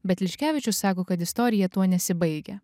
bet liškevičius sako kad istorija tuo nesibaigia